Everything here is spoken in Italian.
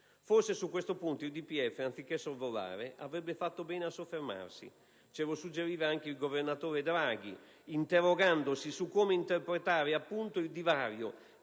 Forse su questo punto il DPEF, anziché sorvolare, avrebbe fatto bene a soffermarsi. Ce lo suggeriva anche il governatore Draghi, interrogandosi su come interpretare il divario